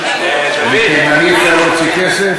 מתימני אפשר להוציא כסף.